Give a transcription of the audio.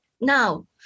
now